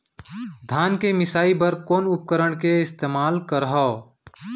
धान के मिसाई बर कोन उपकरण के इस्तेमाल करहव?